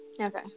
Okay